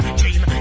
dream